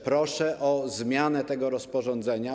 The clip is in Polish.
Proszę o zmianę tego rozporządzenia.